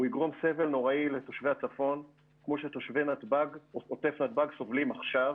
הוא יגרום סבל נורא לתושבי הצפון כמו שתושבי עוטף נתב"ג סובלים עכשיו,